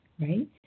right